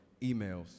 emails